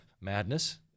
madness